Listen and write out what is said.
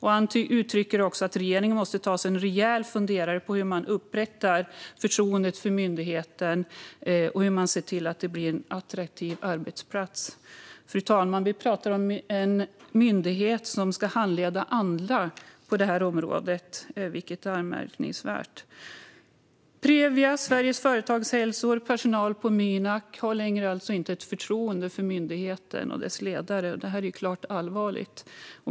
Han uttrycker också att regeringen måste ta sig en rejäl funderare på hur man upprättar förtroendet för myndigheten och hur man ser till att den blir en attraktiv arbetsplats. Fru talman! Vi pratar om en myndighet som ska handleda andra på det här området, vilket är anmärkningsvärt. Previa, Sveriges Företagshälsor och personal på Mynak har alltså inte längre förtroende för myndigheten och dess ledare. Det är klart allvarligt.